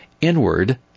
inward